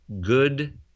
good